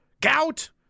Gout